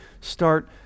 start